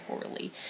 poorly